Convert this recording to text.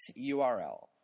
URL